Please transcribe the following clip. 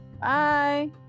Bye